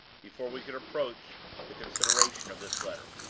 before we could approach the consideration of this letter.